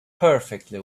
perfectly